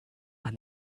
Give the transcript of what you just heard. and